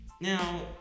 Now